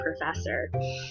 professor